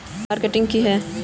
Marketing की है?